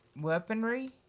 weaponry